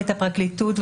את הפרקליטות,